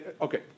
okay